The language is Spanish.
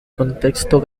contexto